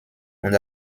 und